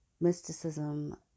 mysticism